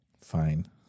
Fine